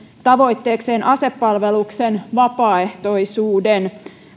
tavoitteekseen asepalveluksen vapaaehtoisuuden